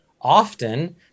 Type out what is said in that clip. often